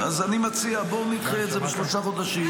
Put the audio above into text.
אז אני מציע, בואו נדחה את זה בשלושה חודשים.